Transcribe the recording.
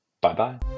Bye-bye